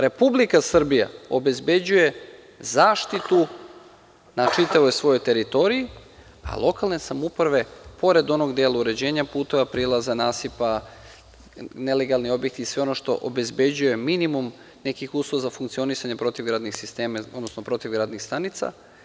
Republika Srbija obezbeđuje zaštitu na čitavoj svojoj teritoriji, a lokalne samouprave pored onog dela uređenja puteva, prilaza, nasipa, nelegalni objekti i sve ono što obezbeđuje minimum nekih uslova za funkcionisanje protivgradnih sistema, odnosno protivgradnih stanica.